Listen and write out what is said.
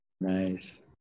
Nice